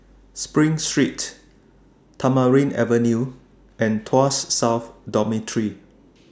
SPRING Street Tamarind Avenue and Tuas South Dormitory